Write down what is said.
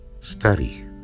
Study